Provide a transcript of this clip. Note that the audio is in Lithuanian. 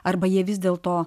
arba jie vis dėlto